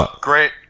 Great